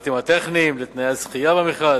לפרטים הטכניים, לתנאי הזכייה במכרז.